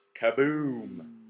Kaboom